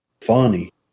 funny